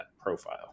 profile